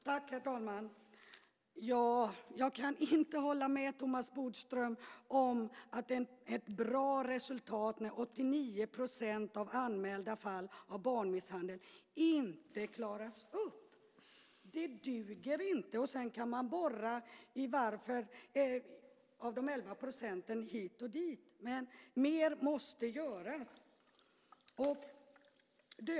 Herr talman! Jag kan inte hålla med Thomas Bodström om att det är ett bra resultat när 89 % av anmälda fall av barnmisshandel inte klaras upp. Det duger inte! Sedan kan man borra i varför och i de elva procenten hit och dit. Men mer måste göras.